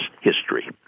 history